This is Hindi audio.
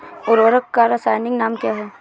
उर्वरक का रासायनिक नाम क्या है?